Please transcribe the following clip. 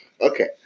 Okay